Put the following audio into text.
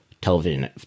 television